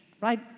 right